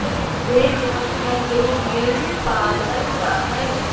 भेड़ के पशुधन के रूप में पालल जा हई